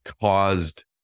caused